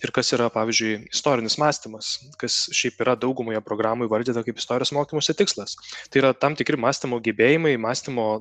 ir kas yra pavyzdžiui istorinis mąstymas kas šiaip yra daugumoje programų įvardyta kaip istorijos mokymosi tikslas tai yra tam tikri mąstymo gebėjimai mąstymo